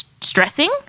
stressing